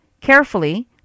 Carefully